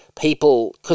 people